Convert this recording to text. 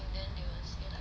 and then they will see like